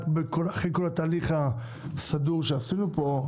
רק אחרי כל התהליך הסדור שעשינו פה,